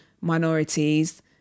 minorities